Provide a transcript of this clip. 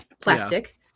plastic